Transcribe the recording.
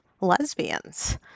lesbians